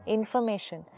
Information